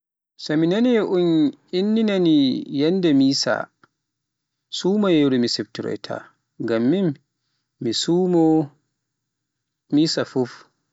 So mi nani un inni ni yannde Misa, sumayeru mi siftoroyta ngam min mi sumoowo, Misa fuf.